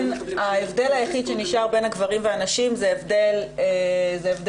ההבדל היחיד שנשאר בין הגברים והנשים זה הבדל מגדרי.